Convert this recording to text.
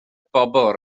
bobl